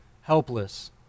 helpless